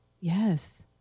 Yes